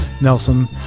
Nelson